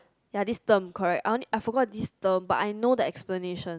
ya this term correct I wanna I forgot this term but I know the explanation